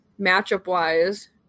matchup-wise